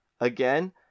Again